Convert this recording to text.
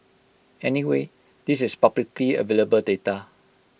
anyway this is publicly available data